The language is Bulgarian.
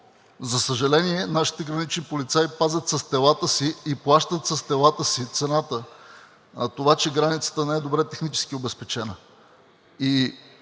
за съжаление, нашите гранични полицаи пазят с телата си и плащат с телата си цената на това, че границата не е добре технически обезпечена.